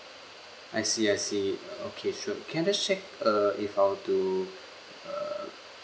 I see I see uh okay sure can I just check uh if I were to uh